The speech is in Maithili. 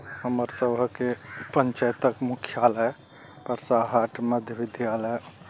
हमर सभके पञ्चायतक मुख्यालय प्रसाहट मध्य विद्यालय